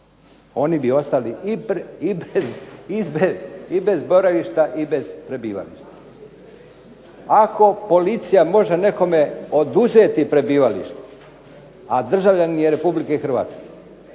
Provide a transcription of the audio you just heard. Oni bi ostali i bez boravišta i bez prebivališta. Ako policija može nekome oduzeti prebivalište, a državljanin je Republike Hrvatske